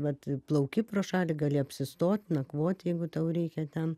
vat plauki pro šalį gali apsistot nakvot jeigu tau reikia ten